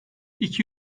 iki